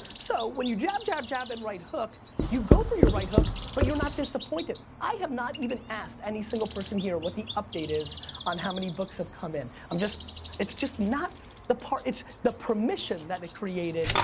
so, when you jab, jab, jab and right hook you go for your right hook but you're not disappointed. i have not even asked any single person here what the update is on how many books have come in. um it's just not the part, it's the permission that it created,